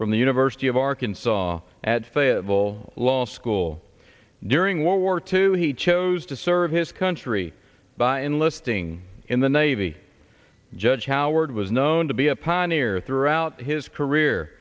from the university of arkansas at fayetteville law school during world war two he chose to serve his country by enlisting in the navy judge howard was known to be a pioneer throughout his career